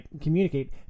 communicate